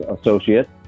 associate